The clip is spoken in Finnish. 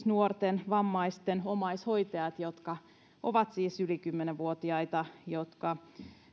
nuorten vammaisten omaishoitajat niiden jotka ovat siis yli kymmenen vuotiaita ja jotka